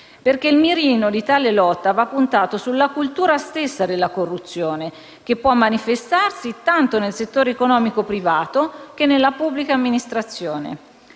lucro. Il mirino di tale lotta va, infatti, puntato sulla cultura stessa della corruzione, che può manifestarsi tanto nel settore economico privato, quanto nella pubblica amministrazione.